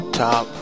top